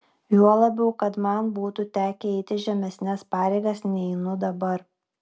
juo labiau kad man būtų tekę eiti žemesnes pareigas nei einu dabar